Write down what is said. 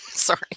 sorry